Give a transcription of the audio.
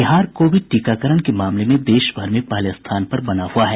Bihar Covid टीकाकरण के मामले में देश भर में पहले स्थान पर बना हआ है